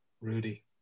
Rudy